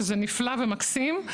שזה נפלא ומקסים,